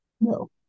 No